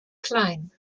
klein